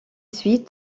suit